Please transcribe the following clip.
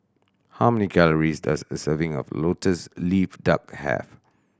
how many calories does a serving of Lotus Leaf Duck have